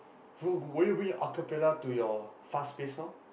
who would you bring your acapella to your fast-paced song